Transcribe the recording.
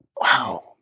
wow